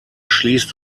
schließt